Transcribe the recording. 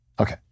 Okay